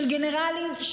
של גנרלים,